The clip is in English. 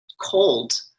cold